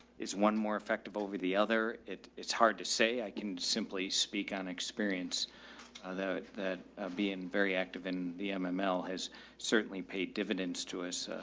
it's one more effective over the other. it's hard to say. i can simply speak on experience though that being very active in the mml has certainly paid dividends to us.